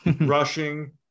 rushing